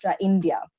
India